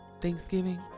thanksgiving